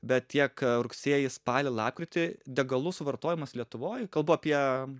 bet tiek rugsėjį spalį lapkritį degalų suvartojimas lietuvoj kalbu apie